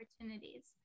opportunities